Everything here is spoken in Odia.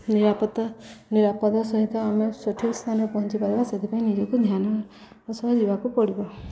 ନିରାପତ୍ତା ନିରାପତ୍ତା ସହିତ ଆମେ ସଠିକ୍ ସ୍ଥାନରେ ପହଞ୍ଚି ପାରିବା ସେଥିପାଇଁ ନିଜକୁ ଧ୍ୟାନ ସହ ଯିବାକୁ ପଡ଼ିବ